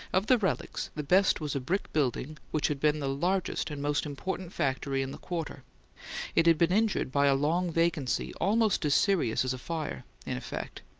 of the relics, the best was a brick building which had been the largest and most important factory in the quarter it had been injured by a long vacancy almost as serious as a fire, in effect,